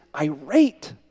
irate